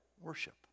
worship